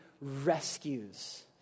rescues